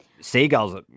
Seagulls